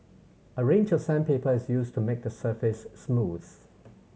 a range of sandpaper is used to make the surface smooth